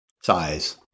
size